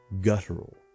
guttural